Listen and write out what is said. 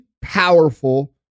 powerful